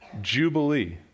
jubilee